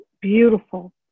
beautiful